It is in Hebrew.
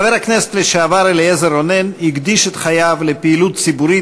חבר הכנסת לשעבר אליעזר רונן הקדיש את חייו לפעילות ציבורית